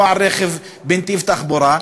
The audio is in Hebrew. לא על רכב בנתיב תחבורה,